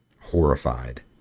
horrified